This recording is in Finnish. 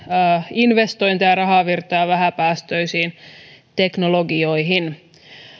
investointeja rahavirtoja vähäpäästöisiin teknologioihin